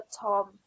tom